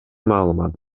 маалымат